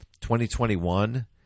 2021